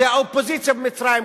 זאת האופוזיציה במצרים,